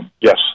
yes